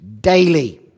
daily